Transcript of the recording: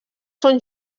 són